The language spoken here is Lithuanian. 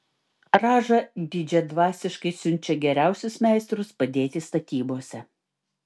radža didžiadvasiškai siunčia geriausius meistrus padėti statybose